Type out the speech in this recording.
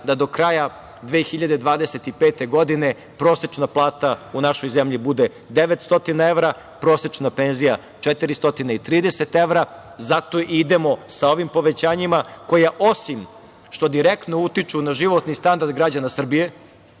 da do kraja 2025. godine prosečna plata u našoj zemlji bude 900 evra, prosečna penzija 430 evra. Zato i idemo sa ovim povećanjima koja, osim što direktno utiču na životni standard građana Srbije,